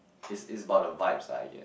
it's it's about the vibes lah I guess